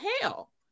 hell